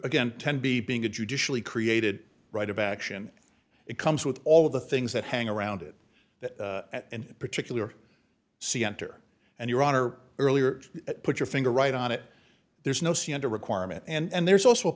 again ten b being a judicially created right of action it comes with all of the things that hang around it that in particular see enter and your honor earlier put your finger right on it there's no c and a requirement and there's also a